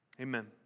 Amen